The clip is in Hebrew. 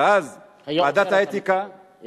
ואז ועדת האתיקה, היה קיים.